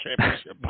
Championship